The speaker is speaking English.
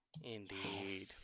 Indeed